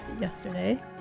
yesterday